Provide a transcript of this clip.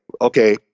okay